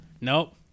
Nope